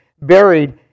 buried